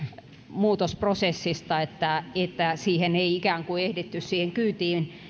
muutosprosessista että että ei ikään kuin ehditty siihen kyytiin